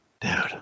dude